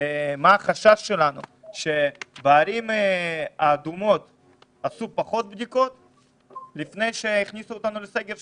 החשש שלנו הוא שבערים האדומות עשו יותר בדיקות לפני שהכניסו אותנו לסגר,